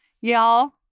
Y'all